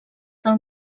del